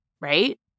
right